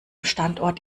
standort